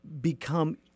become